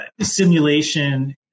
Simulation